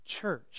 church